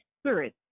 Spirit